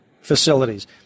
facilities